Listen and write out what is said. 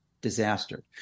disaster